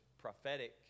prophetic